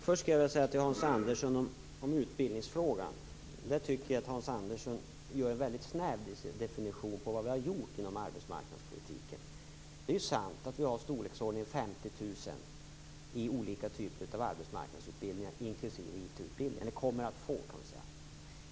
Herr talman! Först skall jag beträffande utbildningsfrågan säga till Hans Andersson att jag tycker att han gör en väldigt snäv definition av vad vi har gjort inom arbetsmarknadspolitiken. Det är sant att vi kommer att få i storleksordningen 50 000 personer i olika typer av arbetsmarknadsutbildningar, inklusive IT-utbildningar.